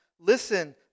Listen